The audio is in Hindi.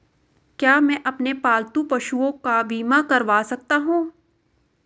क्या मैं अपने पालतू पशुओं का बीमा करवा सकता हूं?